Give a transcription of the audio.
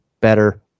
better